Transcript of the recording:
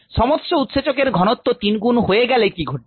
সমস্ত উৎসেচকের ঘনত্ব তিনগুণ হয়ে গেলে কি ঘটবে